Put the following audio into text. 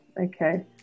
Okay